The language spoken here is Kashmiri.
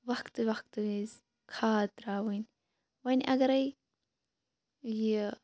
وَقتہٕ وَقتہٕ وِزِ کھاد تراوٕنۍ وۄنۍ اَگَرے یہِ